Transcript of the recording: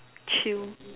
chill